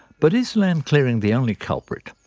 but is land clearing the only culprit?